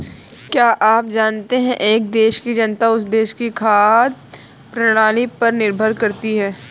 क्या आप जानते है एक देश की जनता उस देश की खाद्य प्रणाली पर निर्भर करती है?